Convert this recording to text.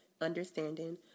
understanding